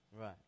Right